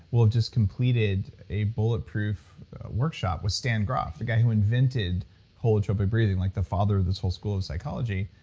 we'll have just completed a bulletproof workshop with stan grof, the guy who invented holotropic breathing, like the father of this whole school of psychology.